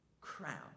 crown